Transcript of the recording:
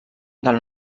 del